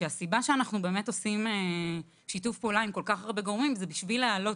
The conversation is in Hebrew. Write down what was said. הסיבה שאנחנו עושים שיתוף פעולה עם כל כך הרבה גורמים זה בשביל להעלות